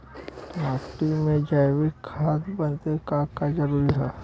माटी में जैविक खाद बदे का का जरूरी ह?